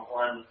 one